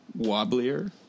wobblier